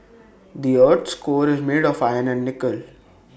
the Earth's core is made of iron and nickel